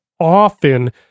often